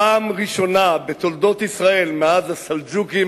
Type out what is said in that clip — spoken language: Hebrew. בפעם הראשונה בתולדות ישראל מאז הסלג'וקים,